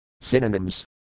Synonyms